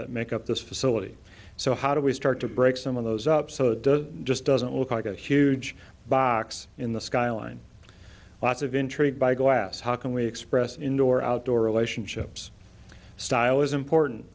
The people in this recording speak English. that make up this facility so how do we start to break some of those up so does just doesn't look like a huge box in the skyline lots of intrigued by glass how can we express indoor outdoor relationships style is important